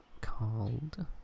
called